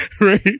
right